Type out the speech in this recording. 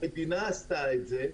המדינה עשתה את זה,